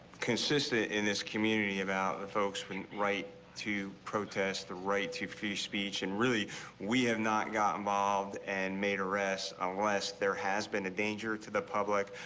consistent in this community about folks being right to protest the raid to free speech and really we have not got involved and made arrests on west there has been danger to the public.